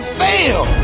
fail